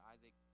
Isaac